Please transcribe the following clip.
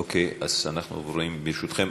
אוקיי, אז אנחנו עוברים, ברשותכם.